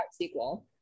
sequel